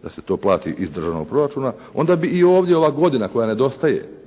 da se to plati iz državnog proračuna. Onda bi i ovdje ova godina koja nedostaje